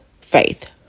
faith